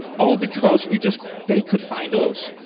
all because we just, they could find us.